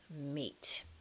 meet